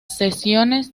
sesiones